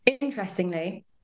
interestingly